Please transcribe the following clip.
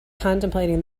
contemplating